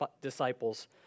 disciples